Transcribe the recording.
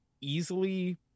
easily